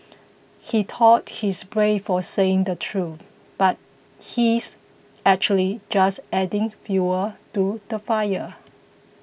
he thought he's brave for saying the truth but he's actually just adding fuel to the fire